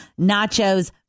nachos